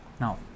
Now